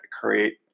create